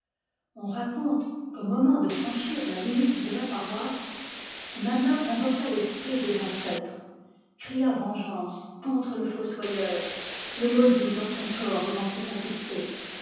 on raconte qu'au moment de franchir la limite de la paroisse nanna invoqua l'esprit des ancêtres cria vengeance contre le fossoyeur le maudit dans son corps et dans ses facultés